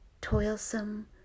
toilsome